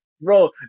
Bro